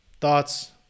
thoughts